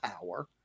power